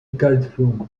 calcium